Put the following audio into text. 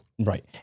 Right